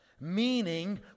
Meaning